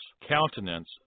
countenance